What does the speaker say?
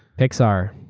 pixar.